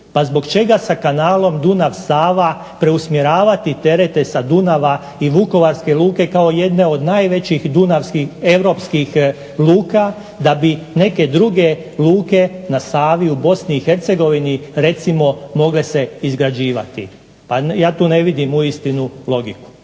Pa zbog čega sa kanalom Dunav-Sava preusmjeravati terete sa Dunava i vukovarske luke kao jedne od najvećih dunavskih europskih luka, da bi neke druge luke na Savi u Bosni i Hercegovini recimo mogle se izgrađivati. Ja tu ne vidim uistinu logiku.